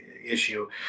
issue